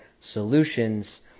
solutions